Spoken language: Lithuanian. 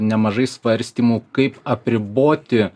nemažai svarstymų kaip apriboti